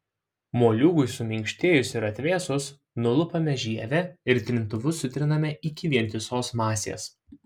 moliūgui suminkštėjus ir atvėsus nulupame žievę ir trintuvu sutriname iki vientisos masės